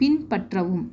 பின்பற்றவும்